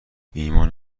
ایمان